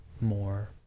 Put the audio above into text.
more